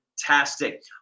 fantastic